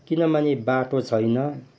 किनभने बाटो छैन